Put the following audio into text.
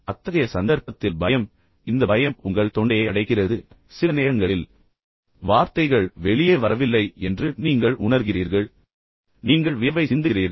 இப்போது அத்தகைய சந்தர்ப்பத்தில் பயம் எனவே இந்த பயம் உங்கள் தொண்டையை அடைக்கிறது சில நேரங்களில் வார்த்தைகள் வெளியே வரவில்லை என்று நீங்கள் உணர்கிறீர்கள் நீங்கள் வியர்வை சிந்துகிறீர்கள்